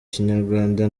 kinyarwanda